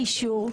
לה אישור.